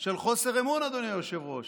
של חוסר אמון, אדוני היושב-ראש.